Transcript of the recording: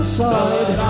side